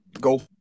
go